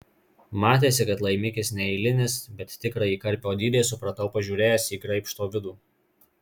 matėsi kad laimikis neeilinis bet tikrąjį karpio dydį supratau pažiūrėjęs į graibšto vidų